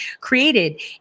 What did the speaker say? created